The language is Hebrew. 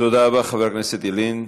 תודה רבה, חבר הכנסת ילין.